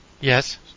Yes